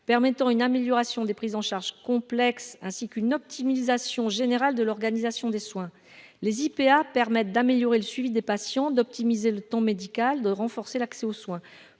permettant une amélioration des prises en charge, complexe, ainsi qu'une optimisation générale de l'organisation des soins les IPA permettent d'améliorer le suivi des patients d'optimiser le temps médical de renforcer l'accès aux soins,